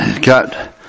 got